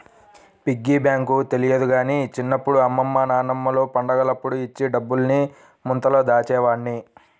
piggy bank తెలియదు గానీ చిన్నప్పుడు అమ్మమ్మ నాన్నమ్మలు పండగలప్పుడు ఇచ్చిన డబ్బుల్ని ముంతలో దాచేవాడ్ని